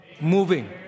moving